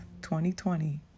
2020